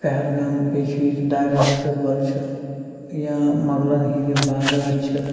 پہلگام بیٚیہِ چھِ ییٚتہِ درگاہ حضرت بَل چھِ یا مۄغلَن ہِنٛدۍ یِم باغات چھِ